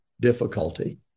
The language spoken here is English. difficulty